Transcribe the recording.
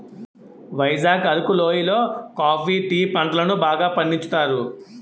వైజాగ్ అరకు లోయి లో coffee tea పంటలను బాగా పండించుతారు